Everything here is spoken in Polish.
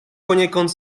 poniekąd